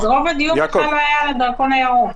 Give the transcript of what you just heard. רוב הדיון בכלל לא עסק בדרכון הירוק.